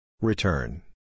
Return